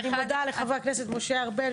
אני מודה לחבר הכנסת משה ארבל,